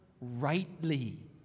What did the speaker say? rightly